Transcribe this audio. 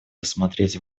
рассмотреть